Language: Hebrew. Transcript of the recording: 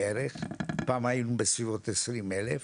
פעם היינו בסביבות 20 אלף,